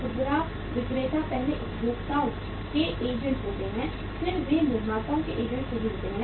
खुदरा विक्रेता पहले उपभोक्ताओं के एजेंट होते हैं फिर वे निर्माताओं के एजेंट सही होते हैं